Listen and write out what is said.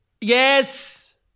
Yes